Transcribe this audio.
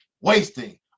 wasting